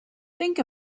think